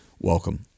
Welcome